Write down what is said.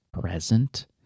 present